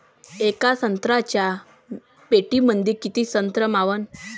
येका संत्र्याच्या पेटीमंदी किती संत्र मावन?